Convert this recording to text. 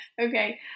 Okay